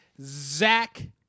Zach